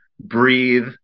breathe